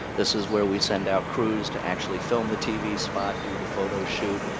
this is where we send out crews to actually film the tv spot, do the photo shoot,